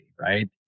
right